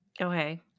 Okay